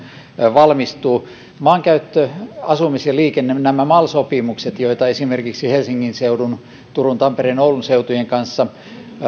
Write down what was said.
valmistuvat maankäyttöä asumista ja liikennettä koskevissa mal sopimuksissahan joita esimerkiksi helsingin turun tampereen ja oulun seutujen kanssa